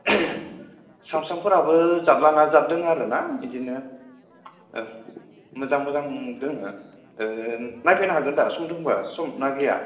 सामसुंफोराबो जादलाना जादों आरोना बिदिनो मोजां मोजां दोङो नायफैनो हागोनदा सम दोंब्ला सम ना गैया